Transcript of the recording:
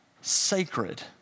sacred